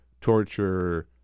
torture